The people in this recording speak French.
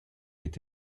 est